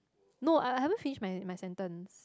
no I haven't finish my my sentence